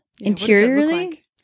interiorly